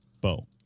bow